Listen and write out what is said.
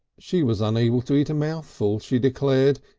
she was unable to eat a mouthful, she declared,